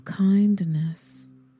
kindness